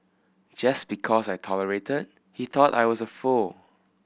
just because I tolerated he thought I was a fool